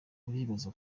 uribaza